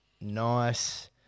nice